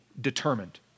determined